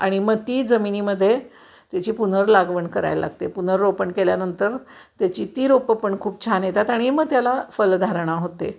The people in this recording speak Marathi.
आणि मग ती जमिनीमधे त्याची पुनर्लागवण कराय लागते पुनर्रोपण केल्यानंतर त्याची ती रोपं पण खूप छान येतात आणि मग त्याला फलधारणा होते